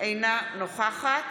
אינה נוכחת